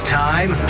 time